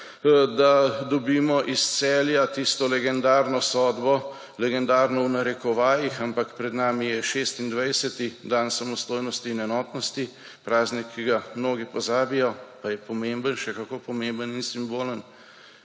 da dobimo iz Celja tisto legendarno sodbo, legendarno v narekovajih, ampak pred nami je 26., dan samostojnosti in enotnosti, praznik, ki ga mnogi pozabijo, pa je pomemben, še kako pomemben in simbolen,